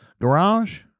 garage